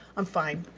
i'm fine.